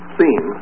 seen